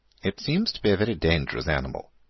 it seems to be a very dangerous animal,